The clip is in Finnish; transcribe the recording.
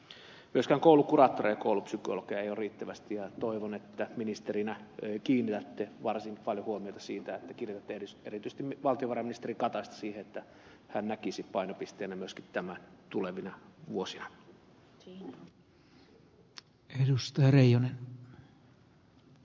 myöskään koulukuraattoreita ja koulupsykologeja ei ole riittävästi ja toivon että ministerinä kiinnitätte varsin paljon huomiota siihen että kiritätte erityisesti valtiovarainministeri kataista siihen että hän näkisi painopisteenä myöskin tämän tulevina vuosina